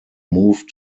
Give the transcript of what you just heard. moved